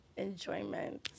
enjoyment